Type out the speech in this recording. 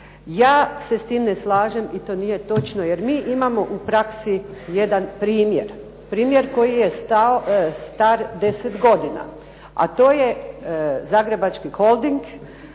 Ja se s tim ne slažem i to nije točno jer mi imamo u praksi jedan primjer, primjer koji je star 10 godina, a to je Zagrebački holding.